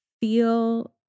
feel